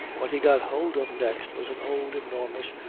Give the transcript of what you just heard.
what he got hold of next was an old, enormous,